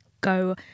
go